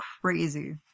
crazy